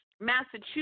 Massachusetts